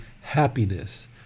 happiness